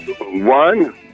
One